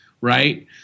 Right